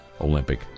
Olympic